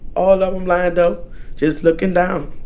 all of them lined up just looking down.